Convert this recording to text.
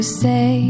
say